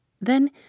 Then